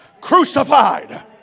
crucified